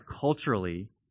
culturally